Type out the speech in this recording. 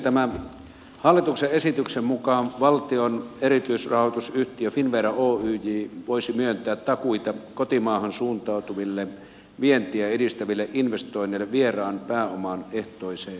tämän hallituksen esityksen mukaan valtion erityisrahoitusyhtiö finnvera oyj voisi myöntää takuita kotimaahan suuntautuville vientiä edistäville investoinneille vieraan pääoman ehtoiseen rahoitukseen